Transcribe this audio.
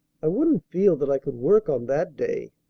i wouldn't feel that i could work on that day.